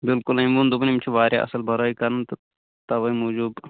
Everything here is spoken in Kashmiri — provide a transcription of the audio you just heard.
بِلکُل أمۍ ووٚن دوٚپُن یِم چھِ واریاہ اصٕل بَراے کران تہٕ تَوَے موجوٗب